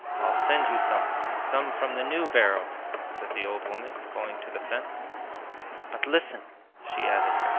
i'll send you some, some from the new barrel said the old woman, going to the fence but listen she added,